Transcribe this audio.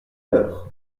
heure